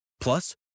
Plus